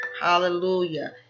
hallelujah